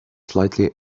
slightly